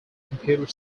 computer